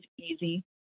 easy